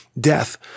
Death